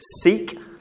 Seek